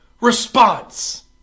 response